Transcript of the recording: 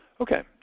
Okay